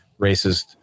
racist